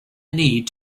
need